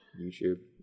YouTube